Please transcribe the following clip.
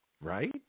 right